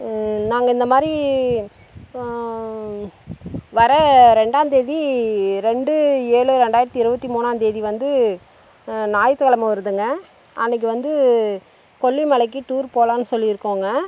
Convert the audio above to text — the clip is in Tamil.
நாங்கள் இந்தமாதிரி வர ரெண்டாம்தேதி ரெண்டு ஏழு ரெண்டாயிரத்து இருபத்தி மூணாம்தேதி வந்து ஞாயித்துக்கிழம வருதுங்க அன்னைக்கு வந்து கொல்லிமலைக்கு டூர் போகலானு சொல்லிருக்கோங்க